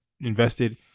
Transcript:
invested